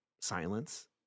silence